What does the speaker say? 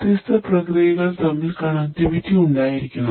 വ്യത്യസ്ത പ്രക്രിയകൾ തമ്മിൽ കണക്റ്റിവിറ്റി ഉണ്ടായിരിക്കണം